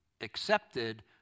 accepted